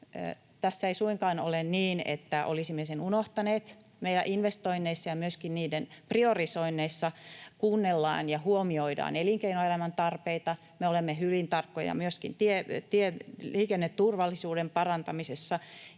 ei suinkaan ole niin, että olisimme sen unohtaneet. Meidän investoinneissa ja myöskin niiden priorisoinneissa kuunnellaan ja huomioidaan elinkeinoelämän tarpeita. Me olemme hyvin tarkkoja myöskin tieliikenneturvallisuuden parantamisessa.